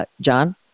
John